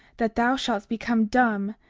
that thou shalt become dumb,